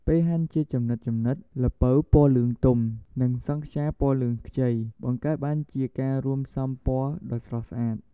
ពេលហាន់ជាចំណិតៗ ល្ពៅពណ៌លឿងទុំ និងសង់ខ្យាពណ៌លឿងខ្ចី បង្កើតបានជាការរួមផ្សំពណ៌ដ៏ស្រស់ស្អាត។